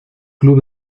club